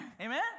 Amen